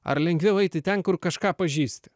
ar lengviau eiti ten kur kažką pažįsti